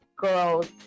girls